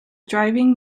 driving